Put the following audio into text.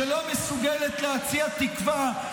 שלא מסוגלת להציע תקווה.